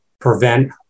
prevent